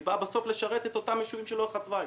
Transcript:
והיא באה בסוף לשרת את אותם ישובים שלאורך התוואי.